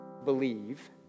Believe